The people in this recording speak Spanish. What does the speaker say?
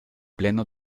pleno